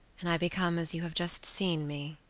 and i become as you have just seen me.